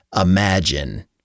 imagine